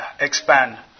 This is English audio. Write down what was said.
expand